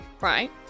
right